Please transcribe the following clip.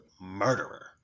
murderer